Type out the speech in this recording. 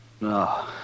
No